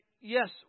yes